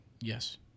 Yes